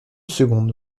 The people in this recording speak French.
seconde